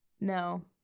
No